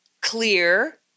clear